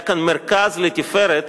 היה כאן מרכז לתפארת.